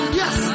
yes